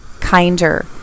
kinder